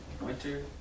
Winter